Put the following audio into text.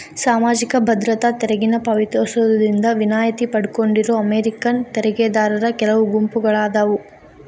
ಸಾಮಾಜಿಕ ಭದ್ರತಾ ತೆರಿಗೆನ ಪಾವತಿಸೋದ್ರಿಂದ ವಿನಾಯಿತಿ ಪಡ್ಕೊಂಡಿರೋ ಅಮೇರಿಕನ್ ತೆರಿಗೆದಾರರ ಕೆಲವು ಗುಂಪುಗಳಾದಾವ